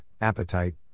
appetite